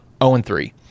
0-3